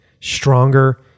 stronger